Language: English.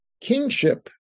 kingship